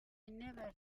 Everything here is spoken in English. never